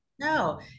No